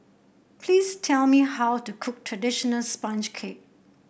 please tell me how to cook traditional sponge cake